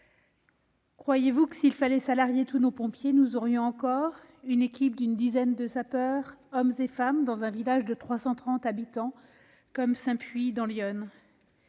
fin ? S'il fallait salarier tous nos pompiers, aurions-nous encore une équipe d'une dizaine de sapeurs, hommes et femmes, dans un village de 330 habitants, comme Sainpuits, dans l'Yonne